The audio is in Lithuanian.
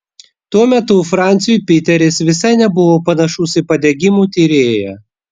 tuo metu franciui piteris visai nebuvo panašus į padegimų tyrėją